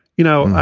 you know,